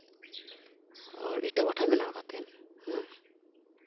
ᱤᱴᱟᱹ ᱵᱷᱟᱴᱟ ᱵᱮᱱᱟᱣ ᱠᱟᱛᱮᱫ ᱦᱩᱸ